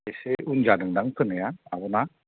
ऐसे उन जादोंदां फोनाया आब'ना